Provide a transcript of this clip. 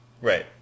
Right